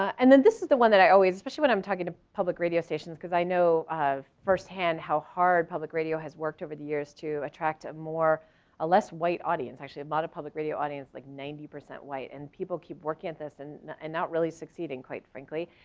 and then this is the one that i always, especially when i'm talking to public radio stations, cuz i know first-hand how hard public radio has worked over the years to attract a more a less white audience. actually a lot of public radio audience like ninety percent white, and people keep working at this and not and not really succeeding, quite frankly.